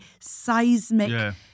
seismic